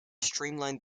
streamlined